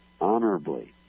honorably